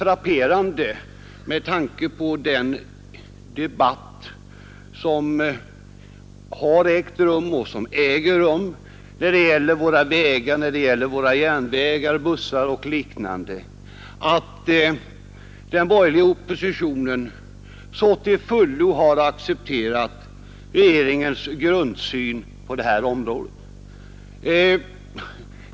Och med tanke på den debatt som har ägt rum och som äger rum om våra vägar, järnvägar, bussar etc. är det frapperande att den borgerliga oppositionen så till fullo har accepterat regeringens grundsyn på detta område.